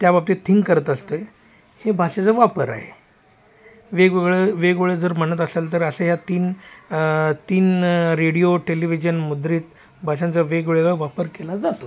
त्या बाबतीत थिंक करत असतं हे भाषेचा वापर आहे वेगवेगळं वेगवेगळं जर म्हणत असेल तर असं या तीन तीन रेडिओ टेलिव्हिजन मुद्रित भाषांचा वेगवेगळा वापर केला जातो